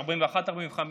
1941 1945,